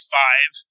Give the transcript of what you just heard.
five